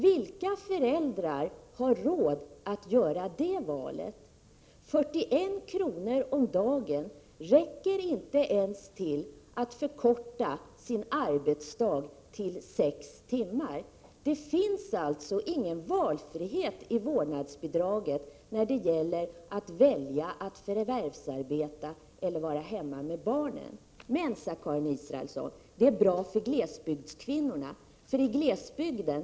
Vilka föräldrar har råd att göra det valet? 41 kr. om dagen räcker inte ens till för att man skulle kunna förkorta sin arbetsdag till sex timmar. Det finns således ingen valfrihet i vårdnadsbidraget, när det gäller att välja mellan att förvärvsarbeta och att vara hemma med barn. Karin Israelsson sade emellertid att det är bra för kvinnorna på glesbygden.